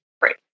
free